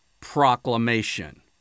proclamation